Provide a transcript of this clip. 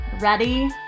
ready